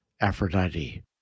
Aphrodite